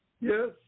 Yes